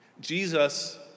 Jesus